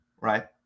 Right